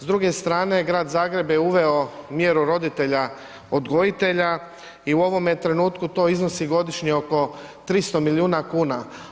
S druge strane Grad Zagreb je uveo mjeru roditelja odgojitelja i u ovome trenutku to iznosi godišnje oko 300 milijuna kuna.